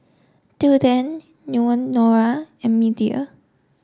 Tilden Leonora and Media